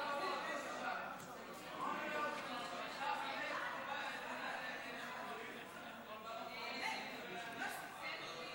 והאפוטרופסות (תיקון מס' 20) (שינוי חזקת הגיל הרך),